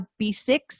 B6